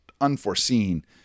unforeseen